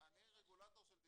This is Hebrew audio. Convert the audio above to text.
אני רגולטור של תקשורת.